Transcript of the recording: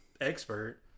expert